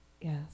Yes